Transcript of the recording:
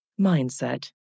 mindset